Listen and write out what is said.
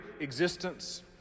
existence